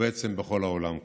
ובעצם בכל העולם כולו.